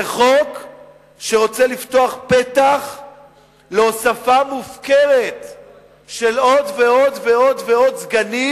זה חוק שרוצה לפתוח פתח להוספה מופקרת של עוד ועוד סגנים